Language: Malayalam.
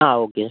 ആ ഓക്കെ